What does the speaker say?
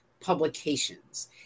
Publications